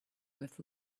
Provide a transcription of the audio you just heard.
with